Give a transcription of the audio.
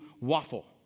waffle